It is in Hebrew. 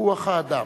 ברוח האדם,